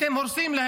אתם הורסים.